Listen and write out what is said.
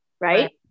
right